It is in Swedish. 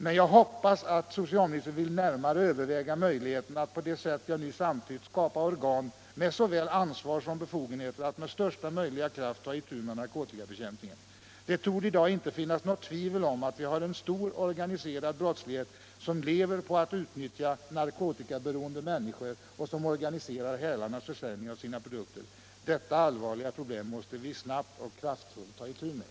Men jag hoppas att socialministern vill närmare överväga möjligheterna att på det sätt jag nyss antytt skapa organ med såväl ansvar som befogenheter att med största möjliga kraft | ta itu med narkotikabekämpningen. Det torde i dag inte råda något tvivel om att vi har en stor organiserad brottslighet som lever på att utnyttja narkotikaberoende människor och som organiserar hälarnas försäljning av sina produkter. Detta allvarliga problem måste vi snabbt och kraftfullt ta itu med!